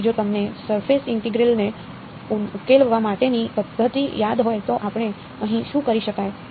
તેથી જો તમને સરફેસ ઇન્ટીગ્રલ ને ઉકેલવા માટેની પધ્ધતિ યાદ હોય તો આપણે અહી શું કરી શકાય